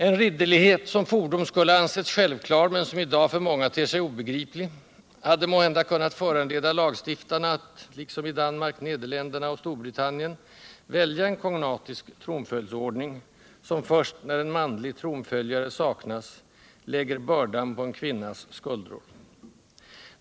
En ridderlighet, som fordom skulle ha ansetts självklar men som i dag för många ter sig obegriplig, hade måhända kunnat föranleda lagstiftarna att — liksom i Danmark, Nederländerna och Storbritannien — välja en kognatisk tronföljdsordning, som först när en manlig tronföljare saknas lägger bördan på en kvinnas skuldror.